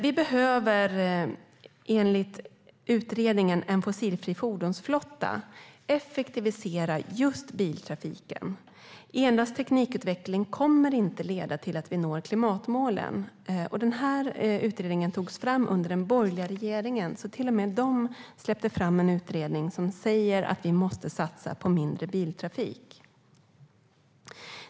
Vi behöver enligt utredningen om en fossilfri fordonsflotta effektivisera just biltrafiken. Endast teknikutveckling kommer inte att leda till att vi når klimatmålen. Den här utredningen togs fram under den borgerliga regeringen, så till och med den släppte fram en utredning som säger att vi måste satsa på mindre biltrafik.